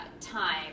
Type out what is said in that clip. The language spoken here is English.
time